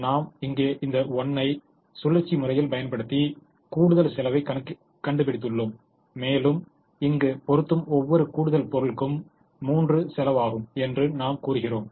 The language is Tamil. நாம் இங்கே இந்த 1 ஐ சுழற்சி முறையில் பயன்படுத்தி கூடுதல் செலவைக் கண்டுபிடித்துள்ளோம் மேலும் இங்கு பொருத்தும் ஒவ்வொரு கூடுதல் பொருளுக்கும் 3 செலவாகும் என்று நாம் கூறிகிறோம்